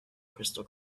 crystal